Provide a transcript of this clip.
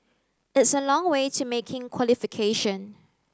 it's a long way to making qualification